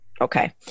Okay